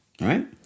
right